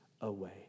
away